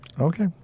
Okay